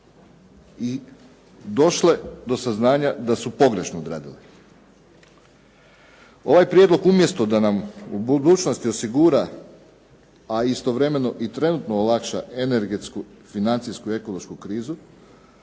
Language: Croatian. i došle do saznanja da su pogrešno odradile. Ovaj prijedlog umjesto da nam u budućnosti osigura, a istovremeno i trenutno olakša energetsku, financijsku i ekološku krizu